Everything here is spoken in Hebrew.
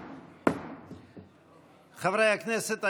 חברי הכנסת,